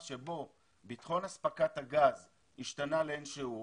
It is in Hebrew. ביטחון אספקת הגז השתנה לאין שיעור